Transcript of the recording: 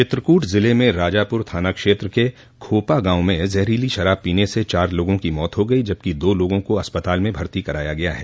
चित्रकूट जिले में राजापुर थाना क्षेत्र के खोपा गांव में जहरीली शराब पीने से चार लोगों की मौत हो गई जबकि दो लोगों को अस्पताल में भर्ती कराया गया है